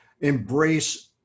embrace